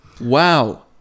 Wow